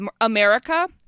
America